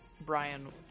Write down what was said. Brian